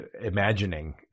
imagining